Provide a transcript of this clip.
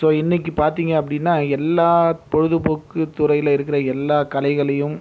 so இன்றைக்கு பார்த்திங்க அப்படின்னா எல்லா பொழுதுபோக்கு துறையில் இருக்கிற எல்லா கலைகளையும்